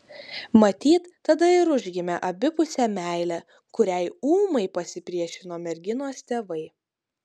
matyt tada ir užgimė abipusė meilė kuriai ūmai pasipriešino merginos tėvai